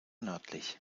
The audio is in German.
nördlich